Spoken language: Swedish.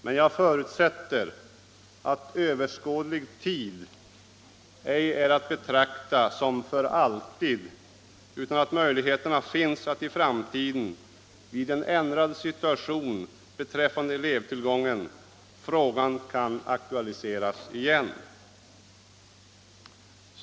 Men jag förutsätter att ”överskådlig tid” ej är att betrakta som ”för alltid” utan att möjligheterna finns att i framtiden vid en ändrad situation beträffande elevtillgången frågan kan aktualiseras igen.